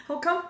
how come